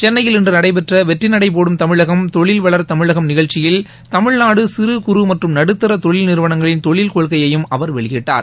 சென்னையில் இன்று நடைபெற்ற வெற்றிநடை போடும் தமிழகம் தொழில் வளர் தமிழகம் நிகழ்ச்சியில் தமிழ்நாடு சிறு குறு மற்றும் நடுத்தர தொழில் நிறுவனங்களின் தொழில் கொள்கையையும் அவர் வெளியிட்டார்